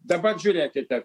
dabar žiūrėkite